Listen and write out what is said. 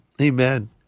Amen